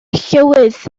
llywydd